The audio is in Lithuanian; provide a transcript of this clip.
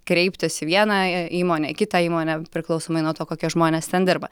kreiptis į vieną įmonę kitą įmonę priklausomai nuo to kokie žmonės ten dirba